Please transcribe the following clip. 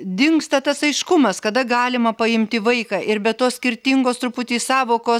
dingsta tas aiškumas kada galima paimti vaiką ir be to skirtingos truputį sąvokos